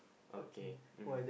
okay mm